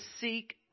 seek